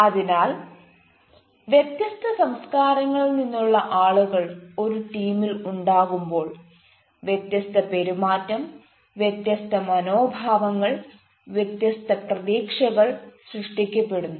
അതിനാൽ വ്യത്യസ്ത സംസ്കാരങ്ങളിൽ നിന്നുള്ള ആളുകൾ ഒരു ടീമിൽ ഉണ്ടാകുമ്പോൾ വ്യത്യസ്ത പെരുമാറ്റംവ്യത്യസ്ത മനോഭാവങ്ങൾ വ്യത്യസ്ത പ്രതീക്ഷകൾ സൃഷ്ടിക്കപ്പെടുന്നു